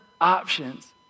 options